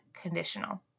conditional